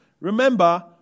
Remember